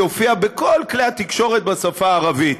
יופיע בכל כלי התקשורת בשפה הערבית.